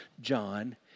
John